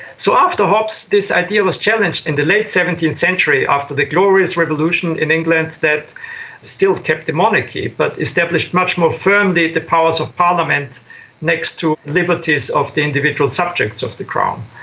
so after hobbes, this idea was challenged. in the late seventeenth century after the glorious glorious revolution in england that still kept the monarchy but established much more firmly the powers of parliament next to liberties of the individual subjects of the crown.